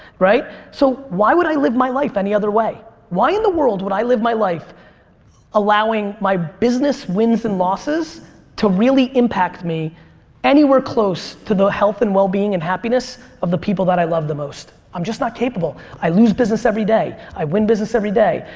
so why would i live my life any other way? why in the world would i live my life allowing my business wins and losses to really impact me anywhere close to the health and well-being and happiness of the people that i love the most. i'm just not capable. i lose business every day. i win business every day.